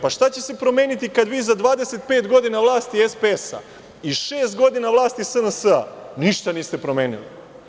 Pa, šta će se promeniti, kad vi za 25 godina vlasti SPS i šest godina vlasti SNS ništa niste promenili?